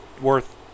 Worth